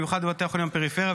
במיוחד בבתי החולים בפריפריה,